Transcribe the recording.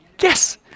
Yes